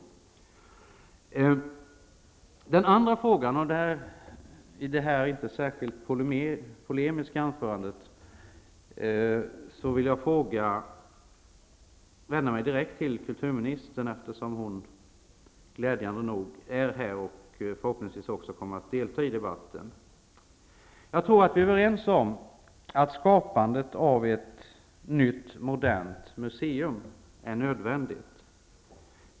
I den andra frågan i detta inte särskilt polemiska anförande, vill jag vända mig direkt till kulturministern, eftersom hon glädjande nog är här och förhoppningsvis också kommer att delta i debatten. Jag tror att vi är överens om att skapandet av ett nytt, modernt museum är nödvändigt.